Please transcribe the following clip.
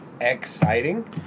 exciting